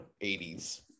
80s